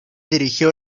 dirigió